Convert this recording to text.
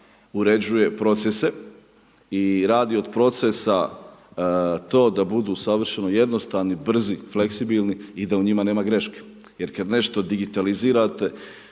uređuje procese i radi od procesa to da budu savršeno jednostavni, brzi, fleksibilni i da u njima nema greške jer kad nešto digitalizirate